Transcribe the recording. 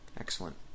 Excellent